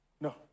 No